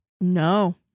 No